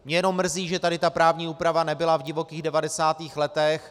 Jenom mě mrzí, že tady ta právní úprava nebyla v divokých 90. letech.